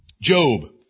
Job